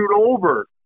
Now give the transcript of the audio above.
over